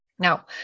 Now